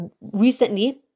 Recently